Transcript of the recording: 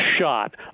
shot